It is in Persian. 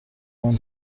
اون